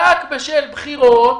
רק בשל בחירות,